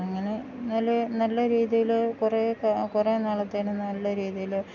അങ്ങനെ നല്ല നല്ല രീതിയിൽ കുറെ കുറെ നാളത്തേന് നല്ല രീതിയിൽ